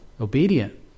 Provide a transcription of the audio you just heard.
obedient